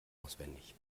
auswendig